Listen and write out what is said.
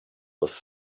was